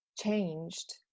changed